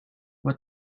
what